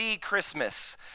Christmas